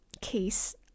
case